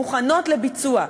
מוכנות לביצוע.